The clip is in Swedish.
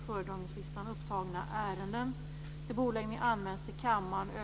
Fru talman!